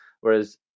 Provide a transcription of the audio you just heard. whereas